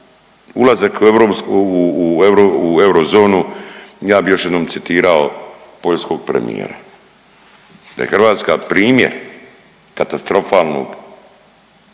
u eurozonu, ja bih još jednom citirao poljskog premijera. Da je Hrvatska primjer katastrofalnog, učinci